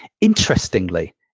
interestingly